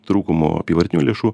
trūkumu apyvartinių lėšų